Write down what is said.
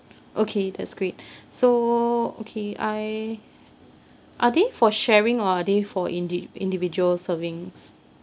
okay that's great so okay I are they for sharing or are they for indi~ individual servings